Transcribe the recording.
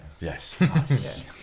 Yes